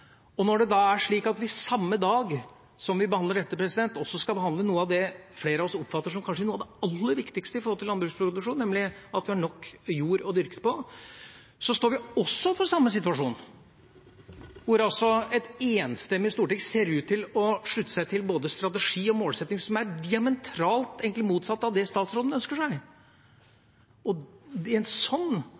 Når det da er slik at vi samme dag som vi behandler dette, også skal behandle det som flere av oss oppfatter som kanskje noe av det aller viktigste med landbruksproduksjon, nemlig at vi har nok jord å dyrke på, står overfor den samme situasjonen – der et enstemmig storting ser ut til å slutte seg til både en strategi og en målsetting som egentlig er diametralt motsatt av det statsråden ønsker seg. Ved en sånn anledning syns jeg det må være lov til å spørre: Er